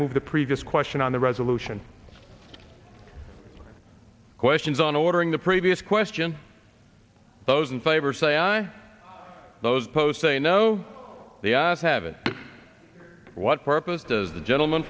move the previous question on the resolution questions on ordering the previous question those in favor say aye those posts a no so the ass having what purpose does the gentleman